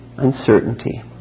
Uncertainty